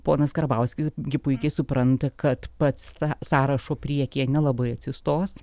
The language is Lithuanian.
ponas karbauskis gi puikiai supranta kad pats tą sąrašo priekyje nelabai atsistos